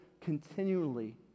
continually